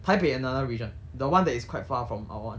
taipei and another region the one that is quite far from our [one]